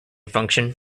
function